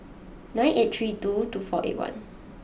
nine eight three two two four eight one